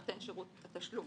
נותן שרות התשלום